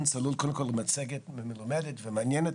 "צלול" על המצגת המלומדת והמעניינת,